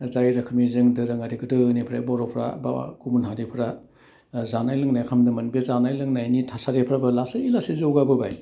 जाय रोखोमनि जों दोरोङारि गोदोनिफ्राय बर'फ्रा बाबा गुबुन हारिफ्रा जानाय लोंनाय खालामदोंमोन बे जानाय लोंनायनि थासारिफ्राबो लासै लासै जौगाबोबाय